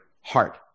heart